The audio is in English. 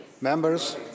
Members